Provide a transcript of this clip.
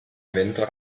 evento